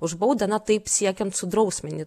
už baudą na taip siekiant sudrausmini